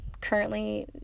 currently